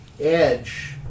edge